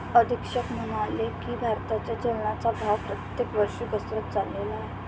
अधीक्षक म्हणाले की, भारताच्या चलनाचा भाव प्रत्येक वर्षी घसरत चालला आहे